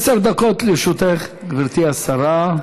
עשר דקות לרשותך, גברתי השרה.